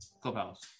Clubhouse